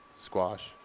squash